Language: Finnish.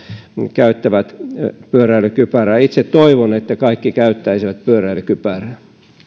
käyttävät pyöräilykypärää itse toivon että kaikki käyttäisivät pyöräilykypärää